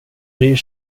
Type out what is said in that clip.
bryr